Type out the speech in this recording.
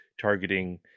targeting